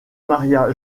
maria